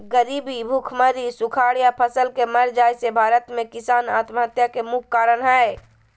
गरीबी, भुखमरी, सुखाड़ या फसल के मर जाय से भारत में किसान आत्महत्या के मुख्य कारण हय